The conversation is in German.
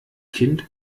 kind